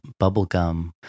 Bubblegum